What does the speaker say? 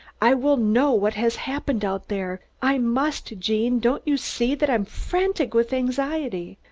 i will know what has happened out there! i must! gene, don't you see that i'm frantic with anxiety?